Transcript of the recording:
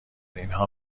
اینها